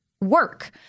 work